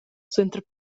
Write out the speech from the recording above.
suenter